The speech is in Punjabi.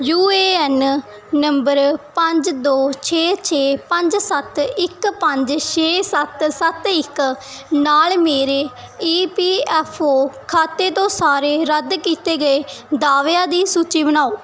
ਯੂ ਏ ਐੱਨ ਨੰਬਰ ਪੰਜ ਦੋ ਛੇ ਛੇ ਪੰਜ ਸੱਤ ਇੱਕ ਪੰਜ ਛੇ ਸੱਤ ਸੱਤ ਇੱਕ ਨਾਲ ਮੇਰੇ ਈ ਪੀ ਐੱਫ ਓ ਖਾਤੇ ਤੋਂ ਸਾਰੇ ਰੱਦ ਕੀਤੇ ਗਏ ਦਾਅਵਿਆਂ ਦੀ ਸੂਚੀ ਬਣਾਓ